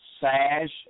Sash